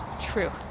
true